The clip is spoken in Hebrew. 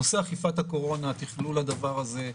נושא אכיפת הקורונה, תכלול הדבר הזה,